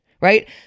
right